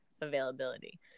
availability